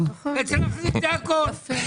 זה הכול.